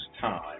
time